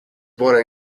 born